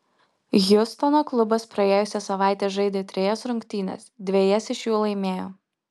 hjustono klubas praėjusią savaitę žaidė trejas rungtynes dvejas iš jų laimėjo